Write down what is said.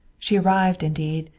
she arrived, indeed,